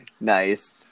Nice